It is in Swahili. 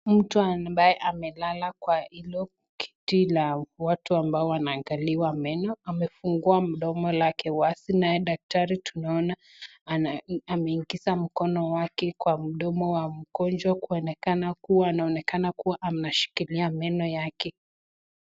Mtu ambaye amelala kwa hilo kiti la watu ambao wanaangaliwa meno amefungua mdomo wake wazi, naye daktari tunaona ameingiza mkono wake kwa mdomo wa mgonjwa, anaonekana kuwa anashikilia meno yake.